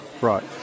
right